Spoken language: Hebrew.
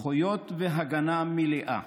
זכויות והגנה מלאה